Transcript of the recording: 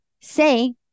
say